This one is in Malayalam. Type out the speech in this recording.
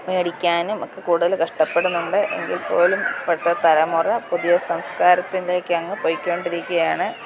മേടിക്കാനും ഒക്കെ കൂടുതൽ കഷ്ടപ്പെടുന്നുണ്ട് എങ്കിൽപ്പോലും ഇപ്പോഴത്തെ തലമുറ പുതിയ സംസ്കാരത്തിലേക്കങ്ങ് പൊയ്ക്കൊണ്ടിരിക്കുകയാണ്